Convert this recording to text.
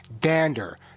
dander